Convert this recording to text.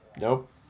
nope